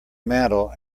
mantel